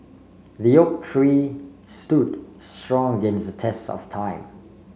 the oak tree stood strong against the test of time